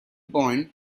point